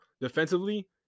defensively